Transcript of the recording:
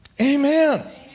Amen